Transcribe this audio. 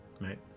right